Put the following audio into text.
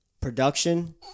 Production